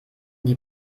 die